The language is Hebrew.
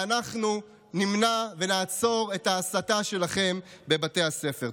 ואנחנו נמנע ונעצור את ההסתה שלכם בבתי הספר.